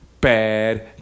Bad